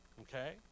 Okay